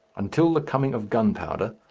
until the coming of gunpowder,